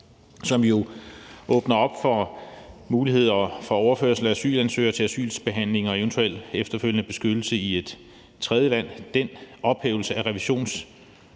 som jo åbner op for muligheder for overførsel af asylansøgere til asylbehandling og eventuel efterfølgende beskyttelse i et tredjeland, er vi imod, for når